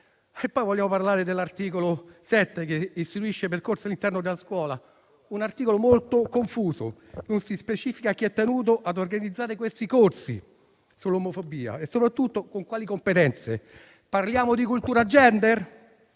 Vogliamo parlare dell'articolo 7, che istituisce percorsi all'interno della scuola? È un articolo molto confuso: non si specifica chi è tenuto ad organizzare questi corsi sull'omofobia e soprattutto con quali competenze. Parliamo di cultura *gender*?